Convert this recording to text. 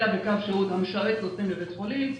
אלא בקו שירות המשרת נוסעים לבית חולים,